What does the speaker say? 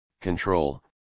control